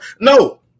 No